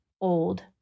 old